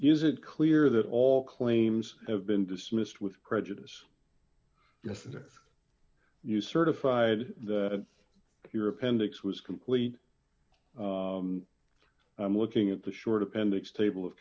is it clear that all claims have been dismissed with prejudice yes if you certified that your appendix was complete i'm looking at the short appendix table of